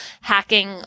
hacking